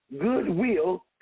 goodwill